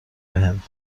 بهم